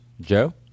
Joe